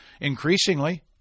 increasingly